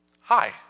Hi